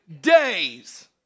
days